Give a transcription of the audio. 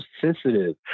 sensitive